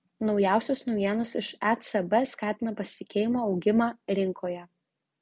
naujausios naujienos iš ecb skatina pasitikėjimo augimą rinkoje